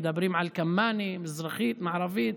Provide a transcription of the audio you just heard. מדברים על כמאנה המזרחית המערבית,